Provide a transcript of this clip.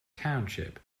township